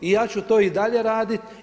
I ja ću to i dalje raditi.